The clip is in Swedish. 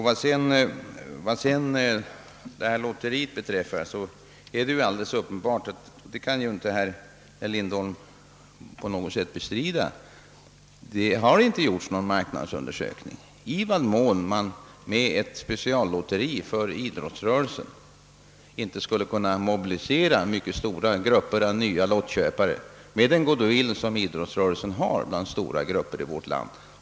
Vad lotteriet beträffar kan herr Lindholm inte på något sätt bestrida att det inte gjorts någon marknadsundersökning rörande i vad mån man genom ett speciallotteri för idrottsrörelsen skulle kunna mobilisera stora grupper av nya lottköpare, med den goodwill som idrottsrörelsen har inom breda lager av vårt folk.